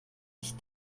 ich